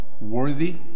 worthy